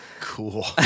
Cool